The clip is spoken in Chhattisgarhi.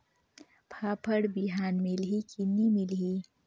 फाफण बिहान मिलही की नी मिलही?